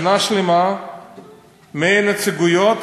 שנה שלמה 100 נציגויות